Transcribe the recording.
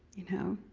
you know?